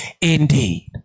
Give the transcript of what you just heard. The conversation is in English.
indeed